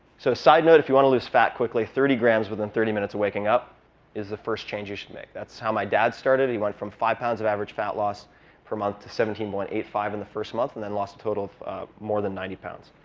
so a side note if you want to lose fat quickly, thirty grams within thirty minutes of waking up is the first change you should make. that's how my dad started. he went from five pounds of average fat loss per month to seventeen point eight five in the first month and then lost a total of more than ninety pounds.